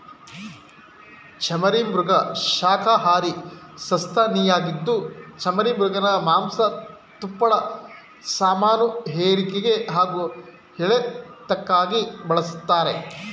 ಚಮರೀಮೃಗ ಶಾಖಹಾರಿ ಸಸ್ತನಿಯಾಗಿದ್ದು ಚಮರೀಮೃಗನ ಮಾಂಸ ತುಪ್ಪಳ ಸಾಮಾನುಹೇರಿಕೆ ಹಾಗೂ ಎಳೆತಕ್ಕಾಗಿ ಬಳಸ್ತಾರೆ